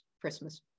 Christmas